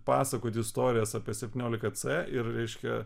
pasakoti istorijas apie septyniolika cė ir reiškia